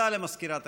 הכנסת,